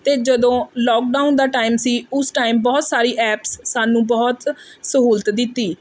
ਅਤੇ ਜਦੋਂ ਲਾਕਡਾਊਨ ਦਾ ਟਾਈਮ ਸੀ ਉਸ ਟਾਈਮ ਬਹੁਤ ਸਾਰੀ ਐਪਸ ਸਾਨੂੰ ਬਹੁਤ ਸਹੂਲਤ ਦਿੱਤੀ